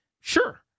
Sure